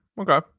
okay